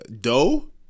dough